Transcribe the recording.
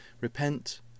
repent